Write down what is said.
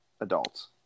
adults